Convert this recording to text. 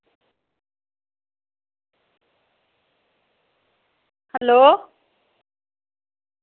hello